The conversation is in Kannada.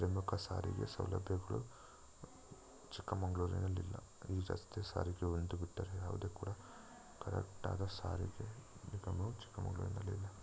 ಪ್ರಮುಖ ಸಾರಿಗೆ ಸೌಲಭ್ಯಗಳು ಚಿಕ್ಕ ಮಂಗಳೂರಿನಲ್ಲಿ ಇಲ್ಲ ಈ ರಸ್ತೆ ಸಾರಿಗೆ ಒಂದು ಬಿಟ್ಟರೆ ಯಾವುದೇ ಕೂಡ ಕರೆಕ್ಟಾದ ಸಾರಿಗೆ ನಿಗಮವು ಚಿಕ್ಕ ಮಂಗಳೂರಿನಲ್ಲಿಲ್ಲ